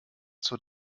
zur